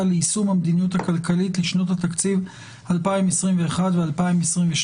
ליישום המדיניות הכלכלית לשנות התקציב 2021 ו-2022),